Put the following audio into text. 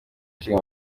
ishinga